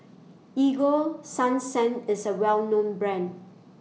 Ego Sunsense IS A Well known Brand